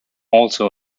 also